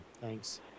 Thanks